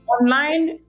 online